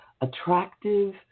attractive